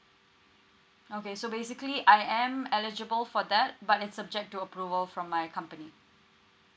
okay so basically I am eligible for that but it's subject to approval from my company